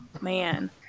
man